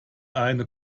eine